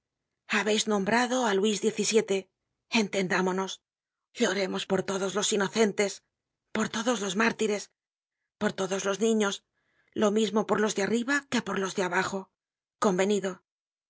habeis nombrado á luis xvii entendámonos lloremos por todos los inocentes por todos los mártires por todos los niños lo mismo por los de arriba que por los de abajo convenido